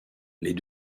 les